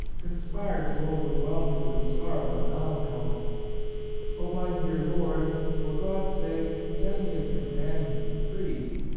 conspire to over whelm me with sorrow and melan choly. my dear lord! for god's sake send me a companion, a priest,